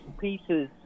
pieces